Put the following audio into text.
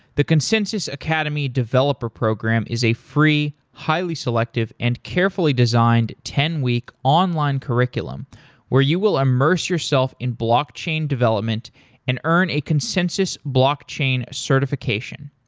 the consensys academy developer program is a free, highly selective, and carefully designed ten week online curriculum where you will immerse yourself in blockchain development and earn a consensys blockchain certification.